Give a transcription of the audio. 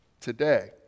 today